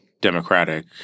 democratic